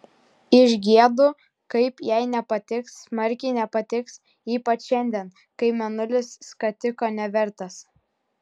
išgiedu kaip jai nepatiks smarkiai nepatiks ypač šiandien kai mėnulis skatiko nevertas